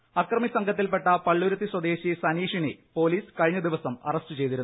B അക്രമിസംഘത്തിൽപ്പെട്ട പള്ളുരുത്തി സ്വദേശി സനീഷിനെ പോലീസ് കഴിഞ്ഞ ദിവസം അറസ്റ്റ് ചെയ്തിരുന്നു